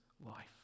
life